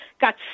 got